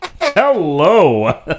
Hello